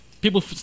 People